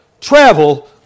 travel